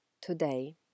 today